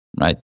right